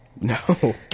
No